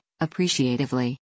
appreciatively